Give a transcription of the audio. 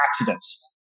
accidents